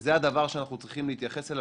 וזה הדבר שאנחנו צריכים להתייחס אליו